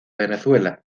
venezuela